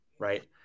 right